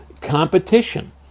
competition